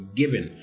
given